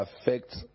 affect